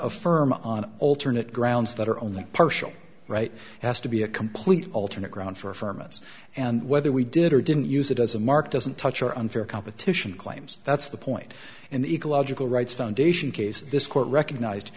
affirm on alternate grounds that are only partial right has to be a complete alternate ground for months and whether we did or didn't use it as a mark doesn't touch our unfair competition claims that's the point and the ecological rights foundation case this court recognized